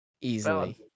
Easily